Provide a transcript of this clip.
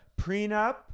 prenup